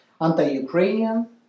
Anti-Ukrainian